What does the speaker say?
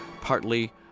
partly